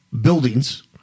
buildings